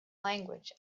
language